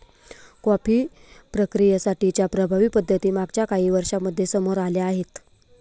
coffee प्रक्रियेसाठी च्या प्रभावी पद्धती मागच्या काही वर्षांमध्ये समोर आल्या आहेत